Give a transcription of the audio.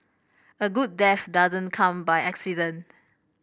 a good death doesn't come by accident